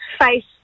face